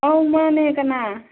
ꯑꯧ ꯃꯥꯟꯅꯦ ꯀꯅꯥ